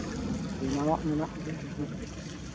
ᱞᱚᱞᱚᱣᱟᱜ ᱢᱮᱱᱟᱜ ᱜᱮᱭᱟ